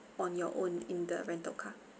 on your own in the rental car